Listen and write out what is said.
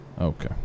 Okay